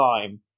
time